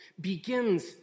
begins